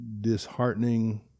disheartening